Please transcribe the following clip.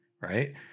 right